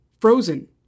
Frozen